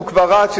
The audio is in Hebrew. שהוא כבר רץ,